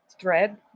thread